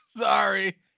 Sorry